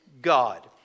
God